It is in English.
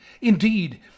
Indeed